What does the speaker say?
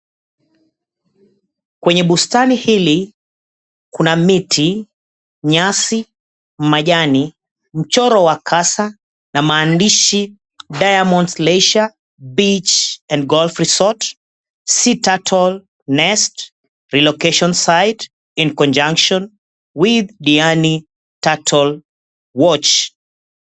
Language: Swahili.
Kwenye bustani hili, kuna miti, nyasi, majani, mchoro wa kasa na maandishi "Diamond Leisure Beach and Golf Resort. Sea Turtle Nest, Relocation Site in conjunction with Diani Turtle Watch"